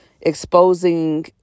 exposing